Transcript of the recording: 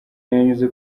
yanyuze